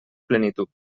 plenitud